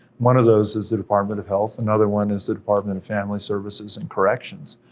one of those is the department of health. another one is the department of family services and corrections,